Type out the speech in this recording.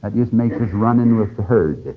that just makes us run in with the herd.